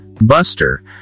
buster